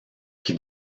qui